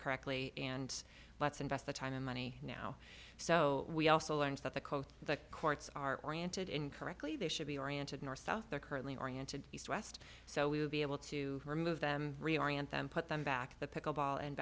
correctly and let's invest the time and money now so we also learned that the coast the courts are oriented in correctly they should be oriented north south they're currently oriented east west so we would be able to remove them reorient them put them back the pickle ball and